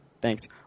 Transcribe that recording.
thanks